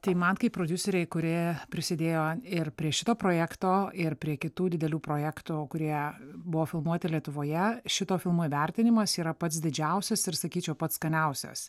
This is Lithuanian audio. tai man kaip prodiuserei kuri prisidėjo ir prie šito projekto ir prie kitų didelių projektų kurie buvo filmuoti lietuvoje šito filmo įvertinimas yra pats didžiausias ir sakyčiau pats skaniausias